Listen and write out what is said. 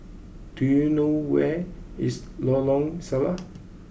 do you know where is Lorong Salleh